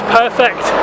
perfect